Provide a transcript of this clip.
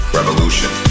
Revolution